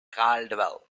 caldwell